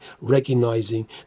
recognizing